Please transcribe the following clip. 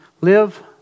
Live